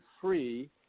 free